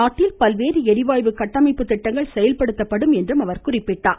நாட்டில பல்வேறு எரிவாயு கட்டமைப்பு திட்டங்கள் செயலபடுத்தப்படும் என்றார்